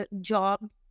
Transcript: job